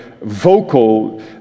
vocal